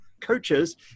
coaches